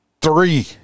three